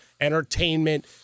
entertainment